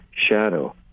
shadow